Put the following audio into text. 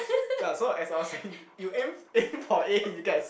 ya so as I was saying you aim aim for A you get a